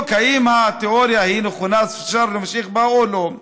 אם התיאוריה היא נכונה ואפשר להמשיך בה או לא.